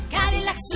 Cadillac